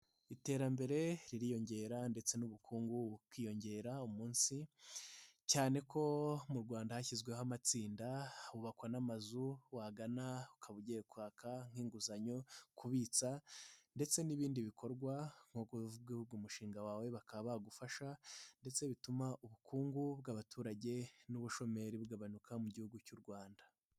Iterambere ririyongera ndetse n'ubukungu bukiyongera umunsi, cyane ko mu Rwanda hashyizweho amatsinda, hubakwa n'amazu wagana ukaba ugiye kwaka nk'inguzanyo, kubitsa ndetse n'ibindi bikorwa nko kuvuga umushinga wawe bakaba bagufasha ndetse bituma ubukungu bw'abaturage n'ubushomeri bugabanuka mu Gihugu cy'u Rwanda.